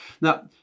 Now